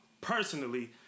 personally